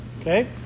okay